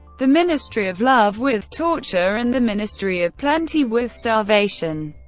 the ministry of love with torture and the ministry of plenty with starvation.